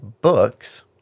books